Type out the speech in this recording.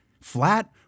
flat